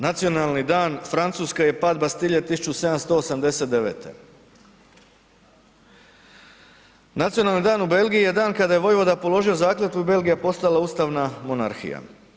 Nacionalni dan Francuske je pad Bastille 1789., nacionalni dan u Belgiji je dan kada je vojvoda položio zakletvu i Belgija postala ustavna monarhija.